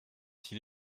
s’il